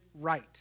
right